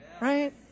Right